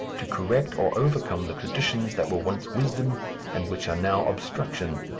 to correct or overcome the traditions that were once wisdom and which are now obstruction,